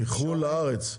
התקשרות לארץ מחוץ לארץ.